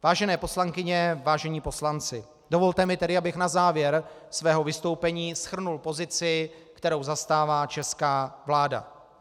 Vážené poslankyně, vážení poslanci, dovolte mi tedy, abych na závěr svého vystoupení shrnul pozici, kterou zastává česká vláda.